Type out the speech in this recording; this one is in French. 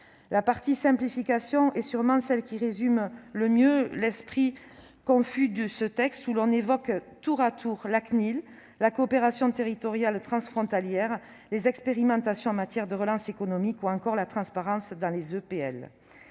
La partie simplification est sûrement celle qui résume le mieux l'esprit confus de ce texte, où l'on évoque tour à tour la CNIL, la coopération territoriale transfrontalière, les expérimentations en matière de relance économique, ou encore la transparence dans les EPL.